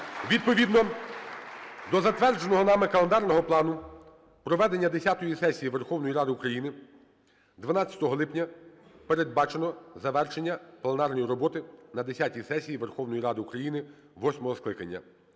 Відповідно до затвердженого нами календарного плану проведення десятої сесії Верховної Ради України 12 липня передбачено завершення пленарної роботи на десятій сесії Верховної Ради України восьмого скликання.